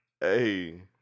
Hey